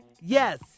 Yes